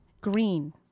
Green